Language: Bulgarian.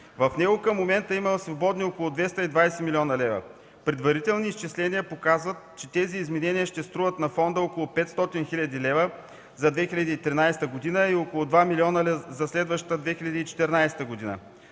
В него към момента има свободни около 220 млн. лв. Предварителните изчисления показват, че тези изменения ще струват на фонда около 500 хил. лв. за 2013 г. и около 2 млн. лв. за следващата 2014 г.